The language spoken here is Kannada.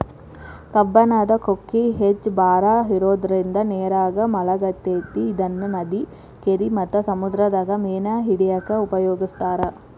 ಕಬ್ಬಣದ ಕೊಕ್ಕಿ ಹೆಚ್ಚ್ ಭಾರ ಇರೋದ್ರಿಂದ ನೇರಾಗ ಮುಳಗತೆತಿ ಇದನ್ನ ನದಿ, ಕೆರಿ ಮತ್ತ ಸಮುದ್ರದಾಗ ಮೇನ ಹಿಡ್ಯಾಕ ಉಪಯೋಗಿಸ್ತಾರ